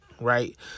right